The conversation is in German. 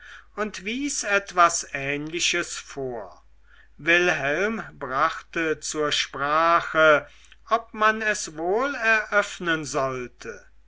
und wies etwas ähnliches vor wilhelm brachte zur sprache ob man es wohl eröffnen sollte